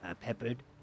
Peppered